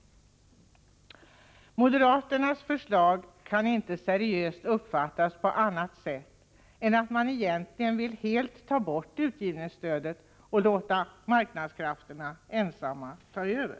Moderaternas förslag kan inte uppfattas på annat sätt än att de egentligen helt vill ta bort utgivningsstödet och låta marknadskraiterna ensamma ta över.